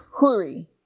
hurry